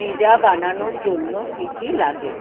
pizza বানানোর জন্য কী কী লাগে